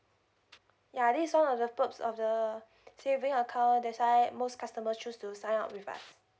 yeah this one of the top of the savings account that's why most customer choose to sign up with us